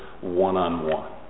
one-on-one